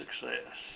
success